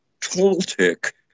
Toltec